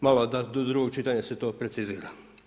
Malo da do drugog čitanja se to precizira.